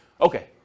Okay